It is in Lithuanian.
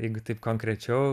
jeigu taip konkrečiau